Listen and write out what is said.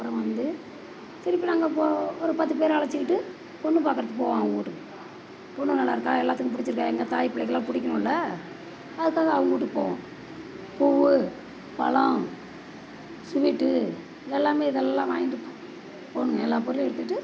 அப்புறம் வந்து திருப்பி அங்கே போக ஒரு பத்து பேரை அழைச்சிக்கிட்டு பொண்ணு பார்க்கறதுக்கு போவோம் அவங்க வீட்டுக்கு பொண்ணு நல்லா இருக்கா எல்லாத்துக்கும் பிடிச்சிருக்கா எங்கள் தாய் பிள்ளைக்கெலாம் பிடிக்கணும்ல அதுக்காக அவங்க வீட்டுக்கு போவோம் பூ பழம் ஸ்வீட்டு எல்லாமே இதெல்லாம் வாங்கிட்டு போக போகணும் எல்லா பொருளும் எடுத்துகிட்டு